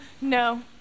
no